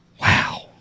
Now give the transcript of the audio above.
Wow